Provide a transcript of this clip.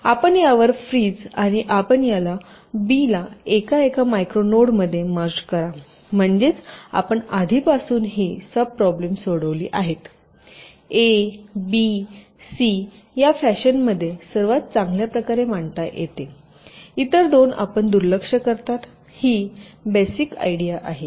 तर आपण यावर फ्रिज आणि आपण या बी ला एका एका मायक्रो नोडमध्ये मर्ज करा म्हणजेच आपण आधीपासून ही सब प्रॉब्लेम सोडविली आहे अबीसी या फॅशनमध्ये सर्वात चांगल्या प्रकारे मांडता येते इतर दोन आपण दुर्लक्ष करता ही बेसिक आयडिया आहे